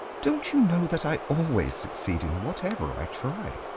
don't you know that i always succeed in whatever i try?